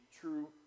true